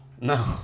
No